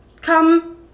Come